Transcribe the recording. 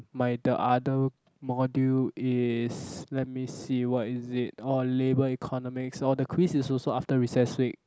my the other module is let me see what is it or labour economics or the quiz is also after recess week